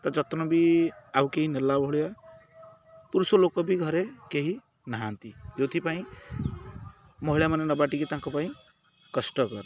ତା ଯତ୍ନ ବି ଆଉ କେହି ନେଲା ଭଳିଆ ପୁରୁଷ ଲୋକ ବି ଘରେ କେହି ନାହାନ୍ତି ଯେଉଁଥିପାଇଁ ମହିଳାମାନେ ନେବା ଟିକେ ତାଙ୍କ ପାଇଁ କଷ୍ଟକର